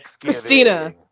Christina